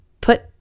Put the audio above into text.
put